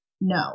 no